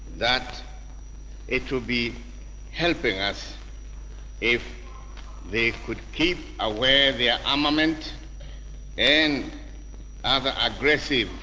that it will be helping us if they could keep away their armament and other aggressive